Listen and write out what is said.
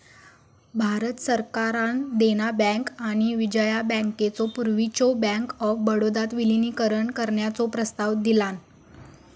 भारत सरकारान देना बँक आणि विजया बँकेचो पूर्वीच्यो बँक ऑफ बडोदात विलीनीकरण करण्याचो प्रस्ताव दिलान